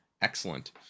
Excellent